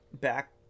back